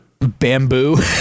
bamboo